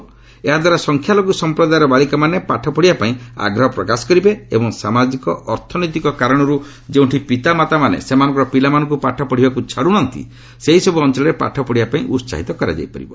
ସେ କହିଛନ୍ତି ଏହାଦ୍ୱାରା ସଂଖ୍ୟାଲଘୁ ସମ୍ପ୍ରଦାୟର ବାଳିକାମାନେ ପାଠ ପଢ଼ିବାପାଇଁ ଆଗ୍ରହ ପ୍ରକାଶ କରିବେ ଏବଂ ସାମାଜିକ ଅର୍ଥନୈତିକ କାରଣର୍ ଯେଉଁଠି ପିତାମାତାମାନେ ସେମାନଙ୍କର ପିଲାମାନଙ୍କୁ ପାଠ ପଡ଼ିବାକୁ ଛାଡୁ ନାହାନ୍ତି ସେହିସବୁ ଅଞ୍ଚଳରେ ପାଠ ପଢ଼ିବାପାଇଁ ଉହାହିତ କରାଯାଇପାରିବ